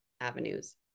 avenues